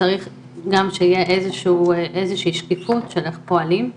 צריך גם שיהיה איזושהי שקיפות של איך פועלים,